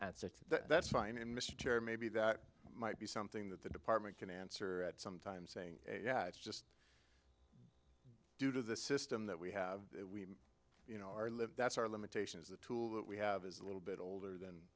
it that's fine and mr maybe that might be something that the department can answer at some time saying yeah it's just due to the system that we have that we you know our lives that's our limitation is the tool that we have is a little bit older than